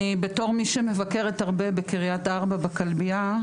בתור מי שמבקרת הרבה בקריית ארבע בכלבייה,